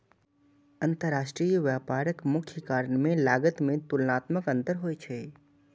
अंतरराष्ट्रीय व्यापारक मुख्य कारण मे लागत मे तुलनात्मक अंतर होइ छै